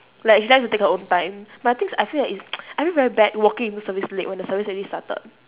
like she likes to take her own time but the thing is I feel that it's I feel very bad walking into service late when the service already started